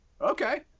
Okay